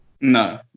No